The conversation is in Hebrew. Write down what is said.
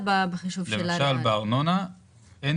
לאזרחים